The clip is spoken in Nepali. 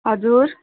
हजुर